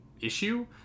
issue